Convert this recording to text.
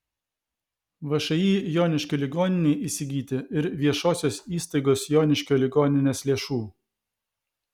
všį joniškio ligoninei įsigyti ir viešosios įstaigos joniškio ligoninės lėšų